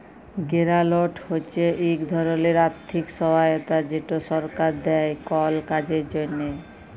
গেরালট হছে ইক ধরলের আথ্থিক সহায়তা যেট সরকার দেই কল কাজের জ্যনহে